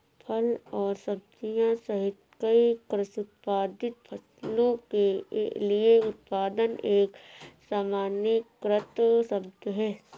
फल और सब्जियां सहित कई कृषि उत्पादित फसलों के लिए उत्पादन एक सामान्यीकृत शब्द है